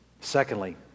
Secondly